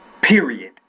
Period